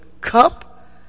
cup